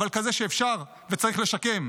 אבל כזה שאפשר וצריך לשקם.